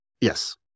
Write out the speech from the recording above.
Yes